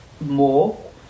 more